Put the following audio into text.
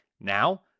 Now